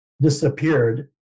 disappeared